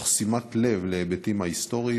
תוך שימת לב להיבטים ההיסטוריים,